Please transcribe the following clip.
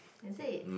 is it